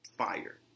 fire